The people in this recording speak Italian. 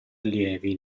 allievi